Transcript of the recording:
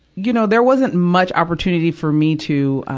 you know there wasn't much opportunity for me to,